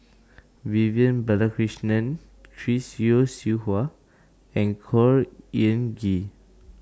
Vivian Balakrishnan Chris Yeo Siew Hua and Khor Ean Ghee